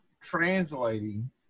translating